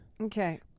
Okay